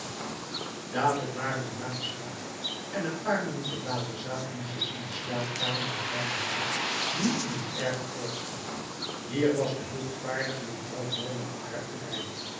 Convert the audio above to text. dadelijk waren de dames klaar en een paar minuten later zaten ze in de slaapkamer bij kleine jean die in een erge koorts lag hier was de hulpvaardige mevrouw borne op haar terrein